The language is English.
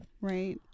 right